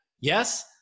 Yes